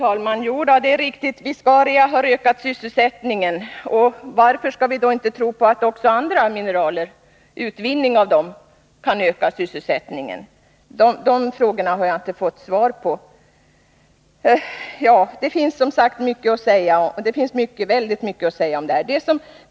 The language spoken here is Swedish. Herr talman! Det är riktigt: tillkomsten av viscariamalmen har ökat sysselsättningen. Varför skall vi då inte tro på att utvinning av andra mineraler kan öka sysselsättningen? Den frågan har jag inte fått svar på. Det finns väldigt mycket att säga om det här.